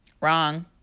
Wrong